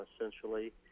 essentially